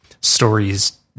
stories